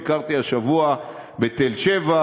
ביקרתי השבוע בתל-שבע,